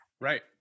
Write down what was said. Right